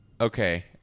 Okay